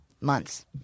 months